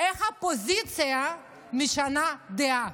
איך הפוזיציה משנה דעה.